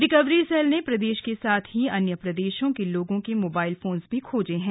recovery cell ने प्रदेश के साथ ही अन्य प्रदेशों के लोगों के मोबाइल भी खोजे हैं